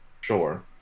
Sure